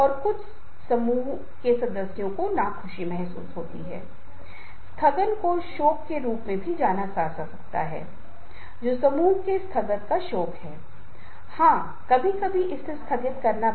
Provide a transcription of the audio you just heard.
यदि आपको समस्या हो रही है और हम किसी के पास जाते हैं तो हमारे परिवार के कुछ बुजुर्ग व्यक्ति या माता पिता या मित्र या हमारे शिक्षक हो सकते हैं और तुरंत वे समस्या का कुछ हल करने में मदद करने या प्राप्त करने में सक्षम नहीं हैं लेकिन कम से कम उन्होंने धैर्यपूर्वक हमारी समस्या सुनी है